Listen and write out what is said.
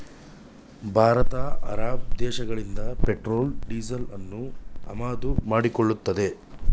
Bharat Arab ದೇಶಗಳಿಂದ petrol ಡೀಸೆಲನ್ನು ಆಮದು ಮಾಡಿಕೊಳ್ಳುತ್ತದೆ